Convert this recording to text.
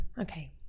Okay